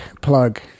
plug